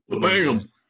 Bam